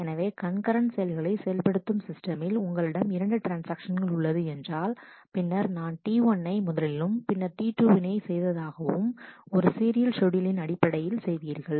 எனவே கண்கரண்ட் செயல்களை செயல்படுத்தும் சிஸ்டமில் உங்களிடம் இரண்டு ட்ரான்ஸ்ஆக்ஷன்கள் உள்ளது என்றாள் பின்னர் நான் T1 ன்னை முதலிலும் பின்னர்T2 வினை செய்த தாகவும் ஒரு சீரியல் ஷெட்யூலின் அடிப்படையில் செய்வீர்கள்